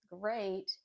great